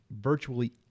virtually